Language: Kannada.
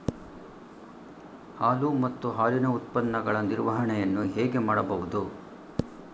ಹಾಲು ಮತ್ತು ಹಾಲಿನ ಉತ್ಪನ್ನಗಳ ನಿರ್ವಹಣೆಯನ್ನು ಹೇಗೆ ಮಾಡಬಹುದು?